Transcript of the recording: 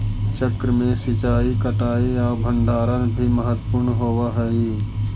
चक्र में सिंचाई, कटाई आउ भण्डारण भी महत्त्वपूर्ण होवऽ हइ